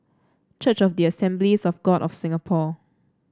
Church of the Assemblies of God of Singapore